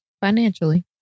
Financially